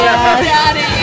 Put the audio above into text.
Daddy